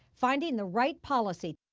finding the right policy.